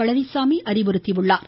பழனிச்சாமி அறிவுறுத்தியுள்ளார்